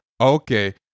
Okay